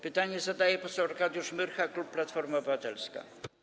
Pytanie zadaje poseł Arkadiusz Myrcha, klub Platforma Obywatelska.